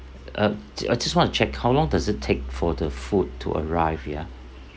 uh ju~ I just want to check how long does it take for the food to arrive ya